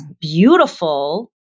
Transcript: beautiful